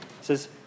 says